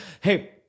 hey